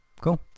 cool